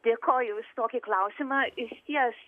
dėkoju už tokį klausimą išties